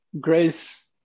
grace